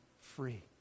free